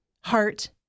heart